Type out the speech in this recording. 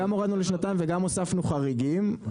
גם הורדנו לשנתיים וגם הוספנו חריגים,